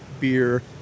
beer